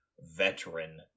veteran